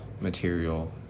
material